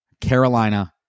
Carolina